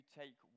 take